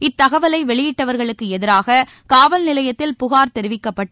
இத்தகவலை வெளியிட்டவா்களுக்கு எதிராக காவல் நிலையத்தில் புகா் தெரிவிக்கப்பட்டு